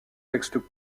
textes